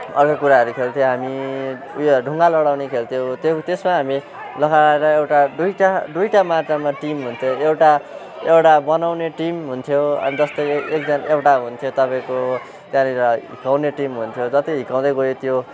अरू कुराहरू खेल्थ्यौँ हामी उयो ढुङ्गा लडाउने खेल्थ्यौँ त्यो त्यसमा हामी लहरा एउटा दुईवटा दुईवटा मातामा टिम हुन्छ एउटा एउटा बनाउने टिम हुन्थ्यो अनि जस्तै एकजना एउटा हुन्थ्यो तपाईँको त्यहाँनिर भत्काउने टिम हुन्थ्यो जति भत्काउँदै गयो त्यो